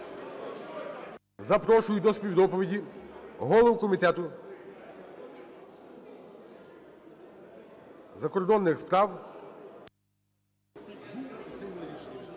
Запрошую до співдоповіді голову Комітету із закордонних справ